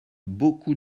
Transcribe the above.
beaucoup